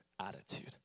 attitude